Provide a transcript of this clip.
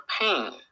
pain